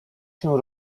się